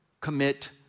commit